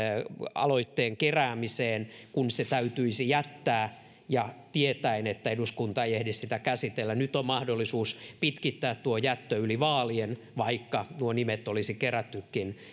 aloitteen keräämiseen kun se täytyisi jättää tietäen että eduskunta ei ehdi sitä käsitellä nyt on mahdollisuus pitkittää tuo jättö yli vaalien vaikka nimet olisikin kerätty